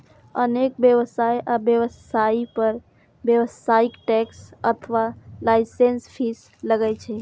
अनेक व्यवसाय आ व्यवसायी पर व्यावसायिक टैक्स अथवा लाइसेंस फीस लागै छै